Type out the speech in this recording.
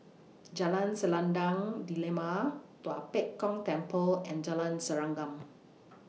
Jalan Selendang Delima Tua Pek Kong Temple and Jalan Serengam